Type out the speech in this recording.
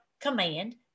command